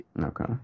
Okay